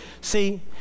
See